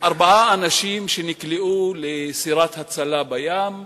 ארבעה אנשים שנקלעו לסירת הצלה בים.